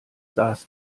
saß